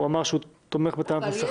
הוא אמר שהוא תומך בטענת נושא חדש --- אבל יש